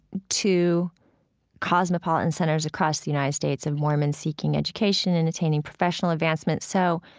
to cosmopolitan centers across the united states, of mormons seeking education, entertaining professional advancement. so,